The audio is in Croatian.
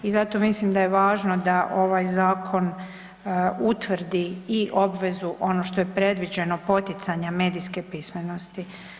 I zato mislim da je važno da ovaj zakon utvrdi i obvezu, ono što je predviđeno poticanja medijske pismenosti.